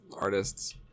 artists